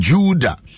Judah